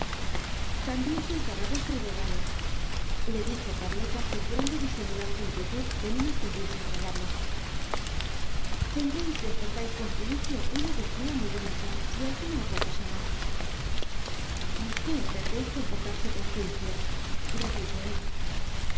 complacencia también seos dará vuestro regalo le dijo carlota procurando disimular su inquietud con una sonrisa agradable tendréis si os portáis con juicio una bugía muy bonita y alguna otra cosa mas qué entendéis por portarse col juicio replicó é